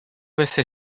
besé